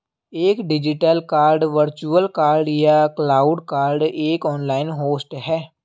एक digital card virtual card या cloud card एक ऑनलाइन होस्ट है